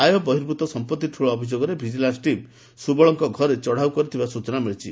ଆୟ ବର୍ହିଭ୍ତ ସମ୍ମଉି ଠୁଳ ଅଭିଯୋଗରେ ଭିଜିଲାନ୍ ଟିମ୍ ସୁବଳଙ୍କ ଘରେ ଚଢାଉ କରିଥିବା ସୂଚନା ମିଳିଛି